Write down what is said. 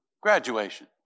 graduation